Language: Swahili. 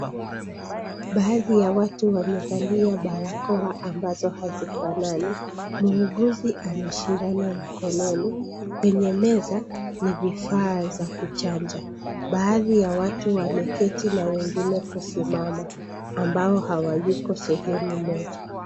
Baadhi ya watu wamevalia barakoa ambazo hazifanani. Muuguzi ana shindano mkononi. Kwenye meza ni vifaa vya kuchanja. Baadhi ya watu wameketi na wengine kusimama ambao hawayuko sehemu moja.